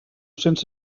cents